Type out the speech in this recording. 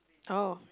oh